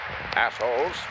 Assholes